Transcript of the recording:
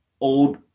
old